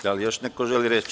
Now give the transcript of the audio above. Da li još neko želi reč?